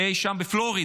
אי שם בפלורידה.